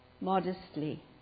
modestly